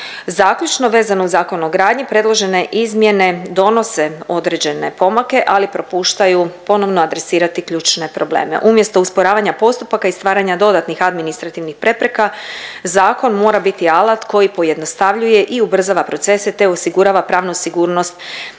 Zaključno, vezano uz Zakon o gradnji predložene izmjene donose određene pomake, ali propuštaju ponovno adresirati ključne probleme. Umjesto usporavanja postupaka i stvaranja dodatnih administrativnih prepreka zakon mora biti alat koji pojednostavljuje i ubrzava procese te osigurava pravnu sigurnost za sve